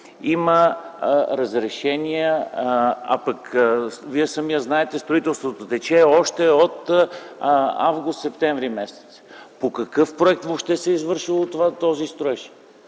разрешението. Вие знаете, че строителството тече още от август-септември. По какъв проект въобще се е извършил този строеж?